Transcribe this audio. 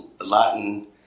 Latin